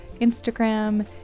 Instagram